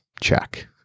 Check